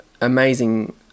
amazing